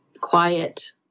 quiet